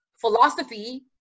philosophy